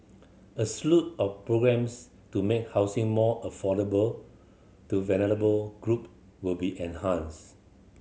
a slew of programmes to make housing more affordable to vulnerable group will be enhanced